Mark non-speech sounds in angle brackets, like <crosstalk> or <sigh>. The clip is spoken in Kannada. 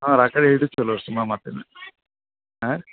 ಹಾಂ ಆ ಕಡೆ <unintelligible> ಹಾಂ